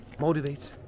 motivates